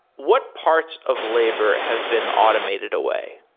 what parts of labor have been automated away?